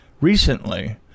recently